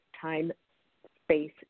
time-space